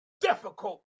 difficult